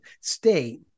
state